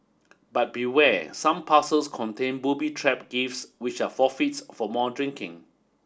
but beware some parcels contain booby trap gifts which are forfeits for more drinking